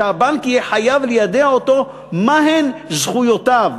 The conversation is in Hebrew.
הבנק יהיה חייב ליידע אותו מה הן זכויותיו,